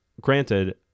granted